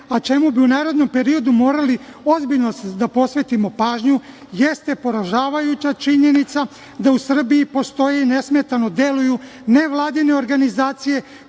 a čemu bi u narednom periodu morali ozbiljno da posvetimo pažnju jeste poražavajuća činjenica da u Srbiji postoje i nesmetano deluju nevladine organizacije